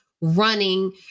running